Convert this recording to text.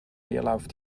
leerlauf